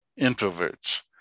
introverts